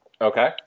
Okay